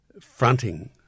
fronting